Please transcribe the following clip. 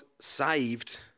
saved